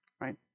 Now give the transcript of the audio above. right